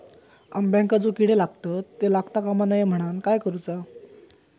अंब्यांका जो किडे लागतत ते लागता कमा नये म्हनाण काय करूचा?